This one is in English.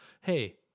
Hey